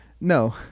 no